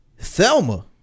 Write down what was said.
Thelma